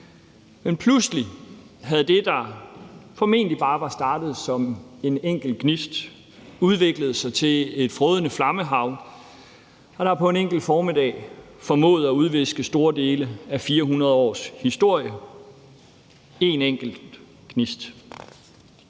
men pludselig havde det, der formentlig bare var startet som en enkelt gnist, udviklet sig til et frådende flammehav, der på en enkelt formiddag formåede at udviske store dele af 400 års historie – en enkelt gnist.